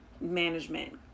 management